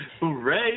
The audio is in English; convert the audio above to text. Hooray